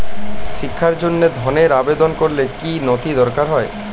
শিক্ষার জন্য ধনের আবেদন করলে কী নথি দরকার হয়?